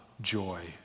joy